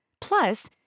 Plus